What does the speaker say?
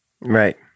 Right